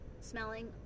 smelling